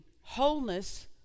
wholeness